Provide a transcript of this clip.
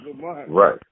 right